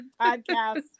podcast